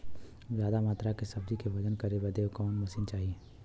ज्यादा मात्रा के सब्जी के वजन करे बदे कवन मशीन चाही?